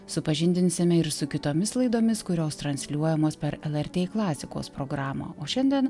supažindinsime ir su kitomis laidomis kurios transliuojamos per lrt klasikos programą o šiandien